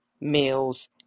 meals